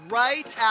right